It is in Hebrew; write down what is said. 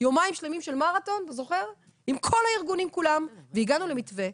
יומיים שלמים של מרתון עם כל הארגונים כולם והגענו למתווה.